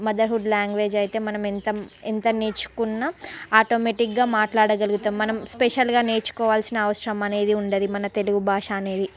motherhood language అయితే మనం ఎంత ఎంత నేర్చుకున్న ఆటోమేటిక్గా మాట్లాడగలుగుతాము మనం స్పెషల్గా నేర్చుకోవాల్సిన అవసరం అనేది ఉండదు మన తెలుగు భాష అనేది